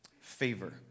Favor